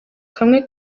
kamwe